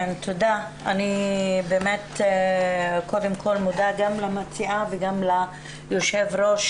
אני קודם כל מודה גם למציעה וגם ליושב-ראש